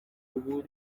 ubu